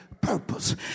purpose